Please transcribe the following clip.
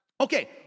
okay